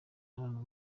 arthur